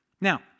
Now